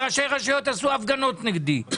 וראשי רשויות עשו הפגנות נגדי,